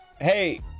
Hey